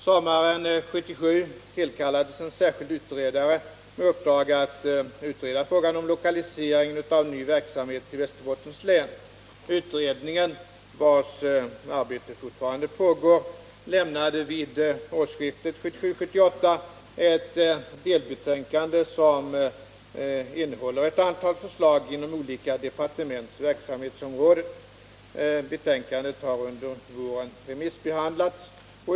Sommaren 1977 tillkallades en särskild utredare med uppdrag att utreda frågan om lokalisering av ny verksamhet till Västerbottens län. Utredningen — vars arbete fortfarande pågår — lämnade vid årsskiftet 1977-1978 ett delbetänkande som innehåller ett antal förslag inom olika departements verksamhetsområden. Betänkandet har under våren remissbehandlats.